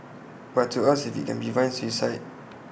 but to ask if IT can prevent suicide